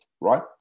right